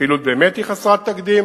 הפעילות היא באמת חסרת תקדים.